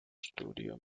studio